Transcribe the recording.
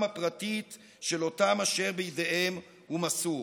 הפרטית של אותם אשר בידיהם הוא מסור.